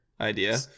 idea